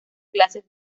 clases